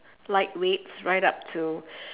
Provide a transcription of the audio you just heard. light weights right up to